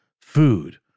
food